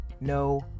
no